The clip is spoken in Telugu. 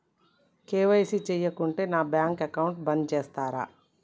కే.వై.సీ చేయకుంటే నా బ్యాంక్ అకౌంట్ బంద్ చేస్తరా?